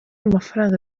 mafaranga